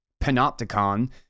panopticon